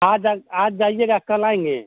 आज जा आज जाइएगा कल आएँगे